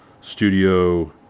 Studio